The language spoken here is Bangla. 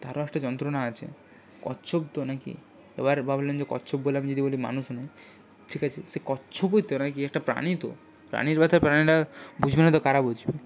তারও একটা যন্ত্রণা আছে কচ্ছপ তো না কি এবার ভাবলেন যে কচ্ছপ বলে আমি যদি বলি মানুষ না ঠিক আছে সে কচ্ছপই তো না কি একটা প্রাণী তো প্রাণীর ব্যথা প্রাণীরা বুঝবে না তো কারা বুঝবে